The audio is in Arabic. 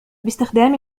باستخدام